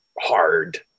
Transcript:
hard